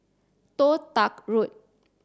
Toh Tuck Road